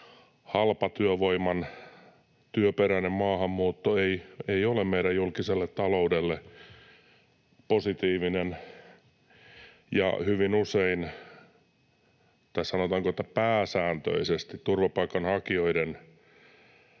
halpatyövoiman työperäinen maahanmuutto ei ole meidän julkiselle taloudelle positiivinen. Ja hyvin usein, tai sanotaanko että pääsääntöisesti, turvapaikanhakijoiden